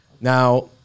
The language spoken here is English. Now